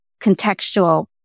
contextual